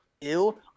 Ew